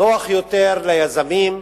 נוח יותר ליזמים,